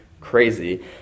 crazy